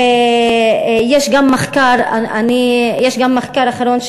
יש גם מחקר אחרון,